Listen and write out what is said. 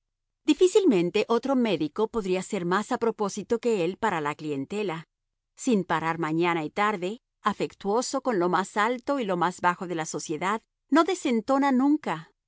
difícilmente otro médico podía ser más a propósito que él para la clientela sin parar mañana y tarde afectuoso con lo más alto y lo más bajo de la sociedad no desentona nunca